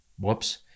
whoops